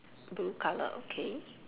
blue colour okay